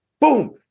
boom